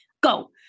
go